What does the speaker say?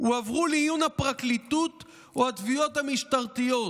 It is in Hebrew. הועברו לעיון הפרקליטות או התביעות המשטרתיות.